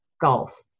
golf